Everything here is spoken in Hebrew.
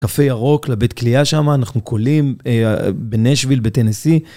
קפה ירוק לבית קלייה שם, אנחנו קולים בנשוויל, בטנסי.